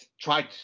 tried